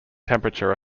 temperature